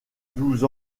douze